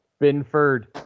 binford